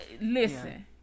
listen